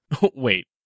Wait